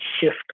shift